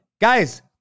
guys